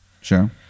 Sure